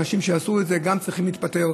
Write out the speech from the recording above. אנשים שעשו את זה גם צריכים להתפטר.